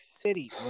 City